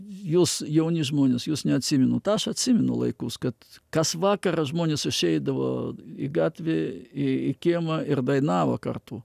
jūs jauni žmonės jūs neatsimenat aš atsimenu laikus kad kas vakarą žmonės išeidavo į gatvį į į kiemą ir dainavo kartu